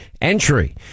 entry